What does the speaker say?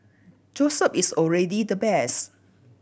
Joseph is already the best